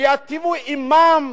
שייטיבו עמם,